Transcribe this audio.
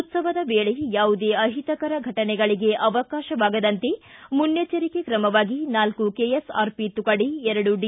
ಉತ್ತವದ ವೇಳೆ ಯಾವುದೇ ಅಹಿತಕರ ಫಟನೆಗಳಿಗೆ ಅವಕಾಶವಾಗದಂತೆ ಮುನ್ನೆಚ್ಚರಿಕೆ ಕ್ರಮವಾಗಿ ನಾಲ್ಕು ಕೆಎಸ್ಆರ್ಪಿ ತುಕಡಿ ಎರಡು ಡಿ